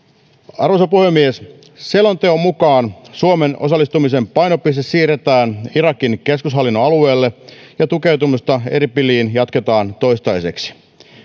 arvoisa puhemies selonteon mukaan suomen osallistumisen painopiste siirretään irakin keskushallinnon alueelle ja tukeutumista erbiliin jatketaan toistaiseksi